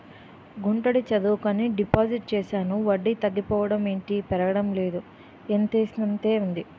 గుంటడి చదువుకని డిపాజిట్ చేశాను వడ్డీ తగ్గిపోవడం ఏటి పెరగలేదు ఎంతేసానంతే ఉంది